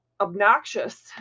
obnoxious